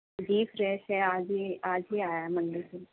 جی fresh ہے آج ہی آج ہی آیا منڈی سے